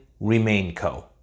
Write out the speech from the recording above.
RemainCo